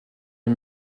les